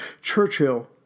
Churchill